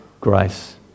grace